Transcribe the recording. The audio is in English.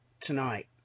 tonight